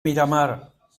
miramar